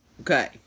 Okay